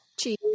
Cheese